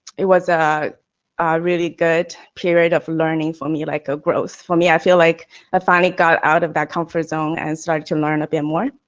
it was a really good period of learning for me, like a growth for me. i feel like i ah finally got out of that comfort zone and started to learn a bit more.